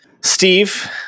Steve